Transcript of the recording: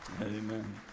Amen